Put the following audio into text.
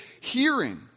hearing